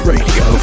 Radio